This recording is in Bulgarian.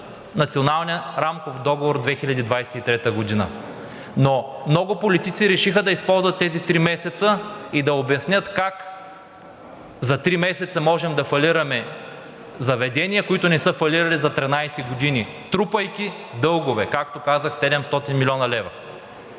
Националния рамков договор за 2023 г. Но много политици решиха да използват тези три месеца и да обяснят как за три месеца можем да фалираме заведения, които не са фалирали за 13 години, трупайки дългове, както казах – 700 млн. лв.